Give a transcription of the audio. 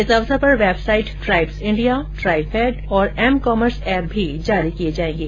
इस अवसर पर वेबसाइट ट्राइब्स इंडिया ट्राइफेड और एम कॉमर्स ऐप भी जारी किये जाएगें